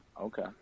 Okay